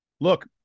Look